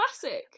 classic